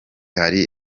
hari